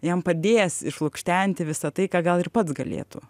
jam padės išlukštenti visą tai ką gal ir pats galėtų